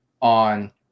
on